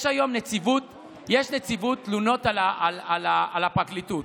יש נציבות תלונות על הפרקליטות.